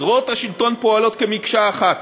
זרועות השלטון פועלות כמקשה אחת,